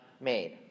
made